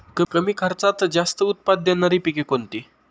कमी खर्चात जास्त उत्पाद देणारी पिके कोणती?